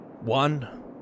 One